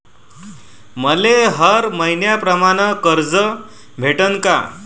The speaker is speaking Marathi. मले हर मईन्याप्रमाणं कर्ज भेटन का?